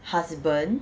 husband